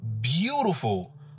beautiful